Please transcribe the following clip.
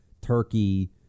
turkey